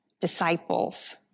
disciples